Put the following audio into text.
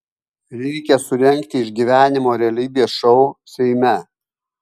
reikia surengti išgyvenimo realybės šou seime